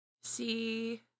See